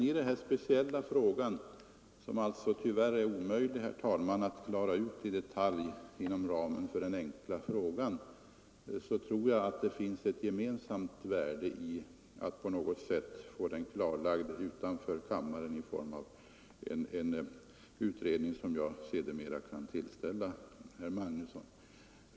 I det här speciella fallet — som det tyvärr, herr talman, är omöjligt att klara ut i detalj inom ramen för den enkla frågan — tror jag det finns ett gemensamt intresse av att på något sätt få till stånd ett klarläggande utanför kammaren i form av en utredning, som jag sedermera kan tillställa herr Magnusson.